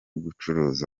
gucuruza